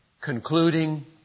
concluding